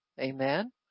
Amen